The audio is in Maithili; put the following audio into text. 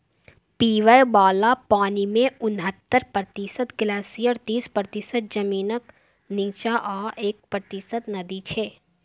पीबय बला पानिमे उनहत्तर प्रतिशत ग्लेसियर तीस प्रतिशत जमीनक नीच्चाँ आ एक प्रतिशत नदी छै